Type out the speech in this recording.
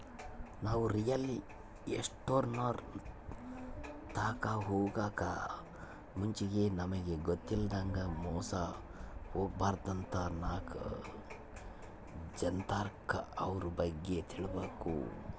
ನಾವು ರಿಯಲ್ ಎಸ್ಟೇಟ್ನೋರ್ ತಾಕ ಹೊಗಾಕ್ ಮುಂಚೆಗೆ ನಮಿಗ್ ಗೊತ್ತಿಲ್ಲದಂಗ ಮೋಸ ಹೊಬಾರ್ದಂತ ನಾಕ್ ಜನರ್ತಾಕ ಅವ್ರ ಬಗ್ಗೆ ತಿಳ್ಕಬಕು